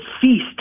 feast